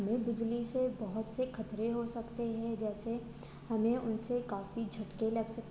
हमें बिजली से बहुत से ख़ तरे हो सकते हैं जैसे हमें उन से काफ़ी झटके लग सकते हैं